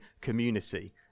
community